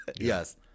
Yes